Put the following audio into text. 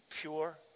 pure